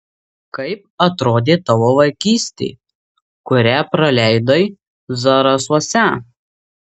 kaip atrodė tavo vaikystė kurią praleidai zarasuose